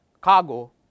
cargo